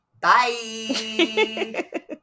Bye